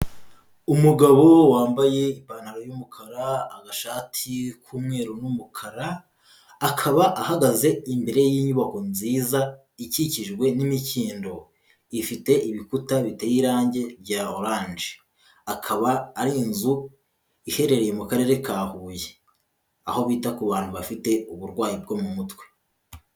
Umugabo wambaye ipantaro y'umukara, agashati k'umweru n'umukara, akaba ahagaze imbere y'inyubako nziza ikikijwe n'imikindo, ifite ibikuta biteye irangi rya oranje, akaba ari inzu iherereye mu karere ka Huye, aho bita ku bantu bafite uburwayi bwo mu mutwe.